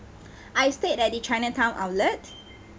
I stayed at the chinatown outlet